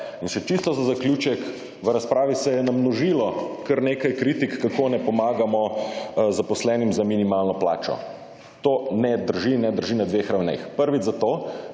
In še čisto za zaključek. V razpravi se je namnožilo kar nekaj kritik, kako ne pomagamo zaposlenim z minimalno plačo. To ne drži in ne drži na dveh ravneh. Prvič zato,